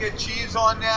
ah cheese on that,